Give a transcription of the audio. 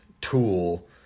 tool